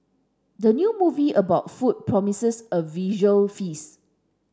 the new movie about food promises a visual feast